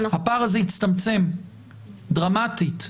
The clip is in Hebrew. הפער הזה הצטמצם דרמטית,